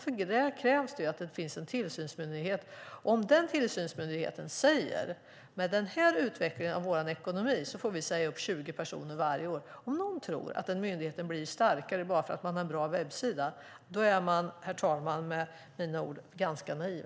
För det krävs det att det finns en tillsynsmyndighet. Säg att den tillsynsmyndigheten säger att med den här utvecklingen av vår ekonomi får vi säga upp 20 personer varje år. Den som tror att den myndigheten blir starkare bara för att man har en bra webbsida är med mina ord, herr talman, granska naiv.